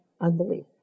unbelief